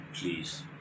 please